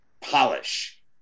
polish